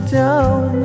down